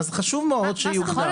אז חשוב מאוד שיוגדר.